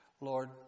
Lord